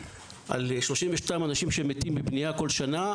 על 32 אנשים שמתים מבנייה כל שנה.